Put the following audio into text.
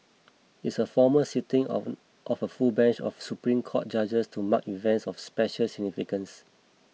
it's a formal sitting of of a full bench of Supreme Court judges to mark events of special significance